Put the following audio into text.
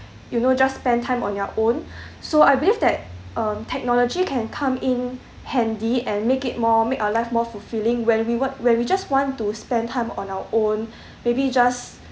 you know just spend time on their own so I believe that technology can come in handy and make it more make our life more fulfilling when we want when we just want to spend time on our own maybe just